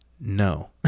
no